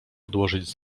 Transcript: odłożyć